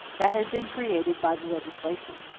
that had been created by the legislation.